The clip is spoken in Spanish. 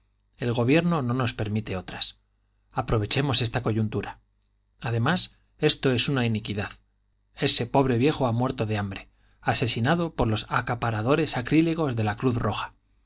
el gobierno no nos permite otras aprovechemos esta coyuntura además esto es una iniquidad ese pobre viejo ha muerto de hambre asesinado por los acaparadores sacrílegos de la cruz roja